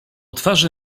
twarzy